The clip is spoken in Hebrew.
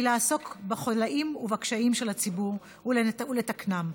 לעסוק בחוליים ובקשיים של הציבור ולתקנם,